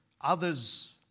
others